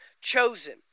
chosen